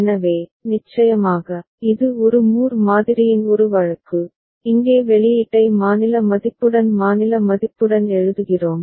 எனவே நிச்சயமாக இது ஒரு மூர் மாதிரியின் ஒரு வழக்கு இங்கே வெளியீட்டை மாநில மதிப்புடன் மாநில மதிப்புடன் எழுதுகிறோம்